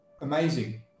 amazing